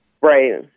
Right